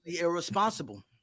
irresponsible